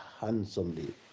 handsomely